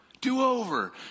do-over